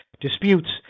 disputes